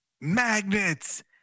magnets